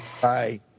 Bye